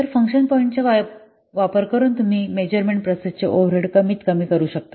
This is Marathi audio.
तर फंक्शन पॉईंटचा वापर करून तुम्ही मेजरमेंट प्रोसेसचे ओव्हरहेड कमीत कमी करू शकता